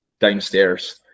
downstairs